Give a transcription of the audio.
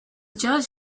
judge